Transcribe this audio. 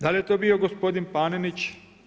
Da li je to bio gospodin Panenić?